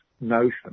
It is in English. notion